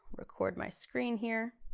record my screen here.